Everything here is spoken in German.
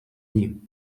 nie